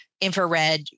infrared